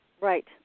Right